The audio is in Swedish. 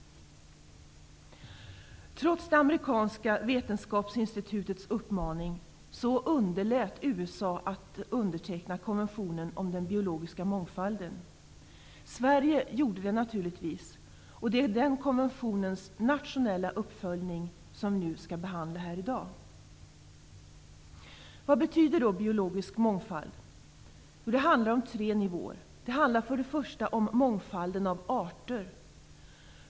Trots det amerikanska vetenskapsinstitutets uppmaning underlät USA att underteckna konventionen om den biologiska mångfalden. Sverige gjorde naturligtvis det, och det är den konventionens nationella uppföljning som vi nu behandlar här i dag. Vad betyder då biologisk mångfald? Jo, det handlar om tre nivåer. För det första handlar det om mångfalden av arter.